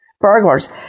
burglars